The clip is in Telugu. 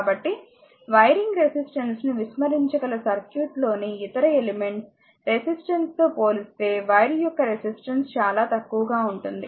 కాబట్టి వైరింగ్ రెసిస్టెన్స్ ను విస్మరించగల సర్క్యూట్లోని ఇతర ఎలిమెంట్స్ రెసిస్టెన్స్ తో పోలిస్తే వైర్ యొక్క రెసిస్టెన్స్ చాలా తక్కువగా ఉంటుంది